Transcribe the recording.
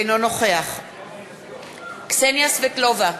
אינו נוכח קסניה סבטלובה,